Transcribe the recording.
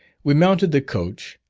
we mounted the coach,